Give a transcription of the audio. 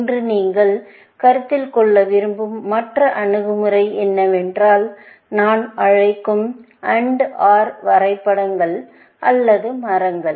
இன்று நீங்கள் கருத்தில் கொள்ள விரும்பும் மற்ற அணுகுமுறை என்னவென்றால் நான் அழைக்கும் AND OR வரைபடங்கள் அல்லது மரங்கள்